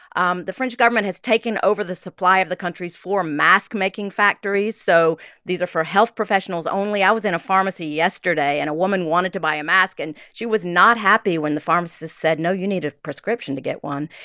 um the french government has taken over the supply of the country's four mask-making factories. so these are for health professionals only. i was in a pharmacy yesterday, and a woman wanted to buy a mask. and she was not happy when the pharmacist said, no, you need a prescription to get one.